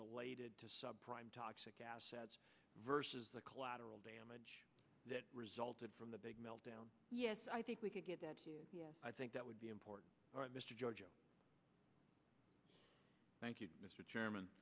related to subprime toxic assets versus the collateral damage that resulted from the big meltdown yes i think we could get that i think that would be important mr george thank you mr chairman